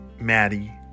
Maddie